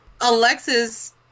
Alexis